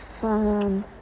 fun